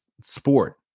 sport